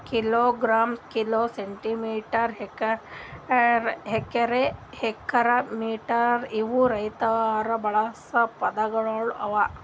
kilogram, kilo, centimetre, hectare, acre, metre ಇವು ರೈತುರ್ ಬಳಸ ಪದಗೊಳ್ ಅವಾ